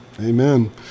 amen